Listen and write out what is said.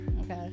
okay